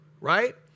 right